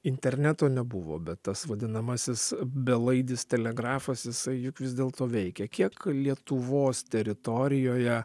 interneto nebuvo bet tas vadinamasis belaidis telegrafas jisai juk vis dėlto veikė kiek lietuvos teritorijoje